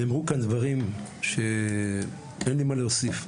נאמרו כאן דברים שאין לי מה להוסיף.